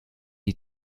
die